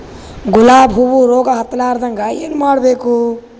ಗುಲಾಬ್ ಹೂವು ರೋಗ ಹತ್ತಲಾರದಂಗ ಏನು ಮಾಡಬೇಕು?